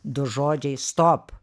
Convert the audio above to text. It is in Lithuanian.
du žodžiai stop